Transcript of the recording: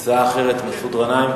הצעה אחרת, חבר הכנסת מסעוד גנאים,